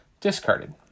discarded